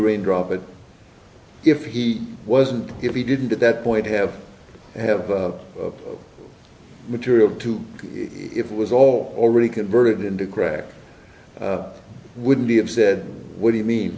raindrop it if he wasn't if he didn't at that point have have material to if it was all already converted into crack wouldn't be of said what do you mean